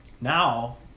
now